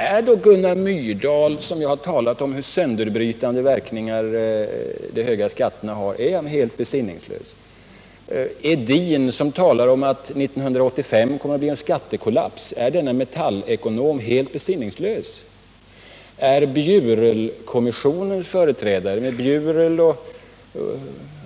Är då Gunnar Myrdal, som talat om de sönderbrytande verkningar de höga skatterna har, helt besinningslös? Och Per-Olof Edin, som talar om att det år 1985 kommer att bli en skattekollaps — är denne Metallekonom helt besinningslös? Är Bjurelkommissionens företrädare, med Bertil Bjurel och